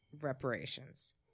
reparations